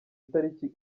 itariki